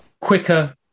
quicker